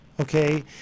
okay